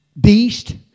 Beast